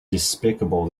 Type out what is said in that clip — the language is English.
despicable